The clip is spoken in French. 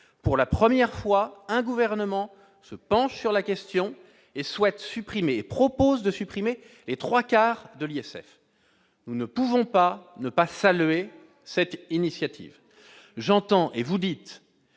pour la première fois, un gouvernement se penche sur la question et propose de supprimer les trois quarts de l'ISF. Nous ne pouvons pas ne pas saluer cette initiative. J'entends dire